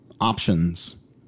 options